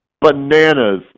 bananas